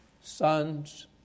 sons